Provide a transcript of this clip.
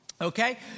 Okay